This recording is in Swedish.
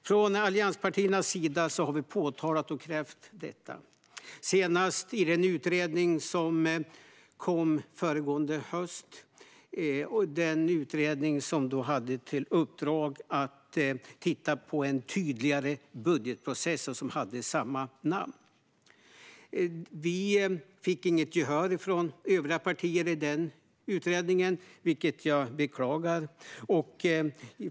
Från allianspartiernas sida har vi påpekat och krävt detta, senast i den utredning som kom föregående höst. Den hade i uppdrag att titta på en tydligare budgetprocess och hade samma namn. Vi fick inget gehör från övriga partier i den utredningen, vilket jag beklagar.